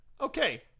Okay